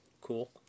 cool